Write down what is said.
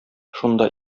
шунда